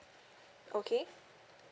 okay